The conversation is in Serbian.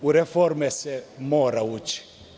U reforme se mora ući.